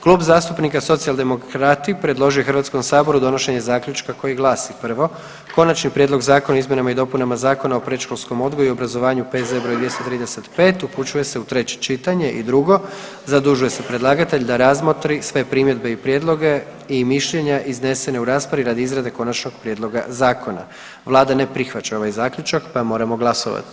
Klub zastupnika Socijaldemokrati predložio je HS donošenje zaključka koji glasi: „1. Konačni prijedlog Zakona o izmjenama i dopunama Zakona o predškolskom odgoju i obrazovanju, P.Z. br. 235 upućuje se u treće čitanje i 2. Zadužuje se predlagatelj da razmotri sve primjedbe i prijedloge i mišljenje iznesene u raspravi radi izrade konačnog prijedloga zakona.“ Vlada ne prihvaća ovaj zaključak pa moramo glasovati.